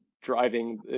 driving